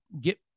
get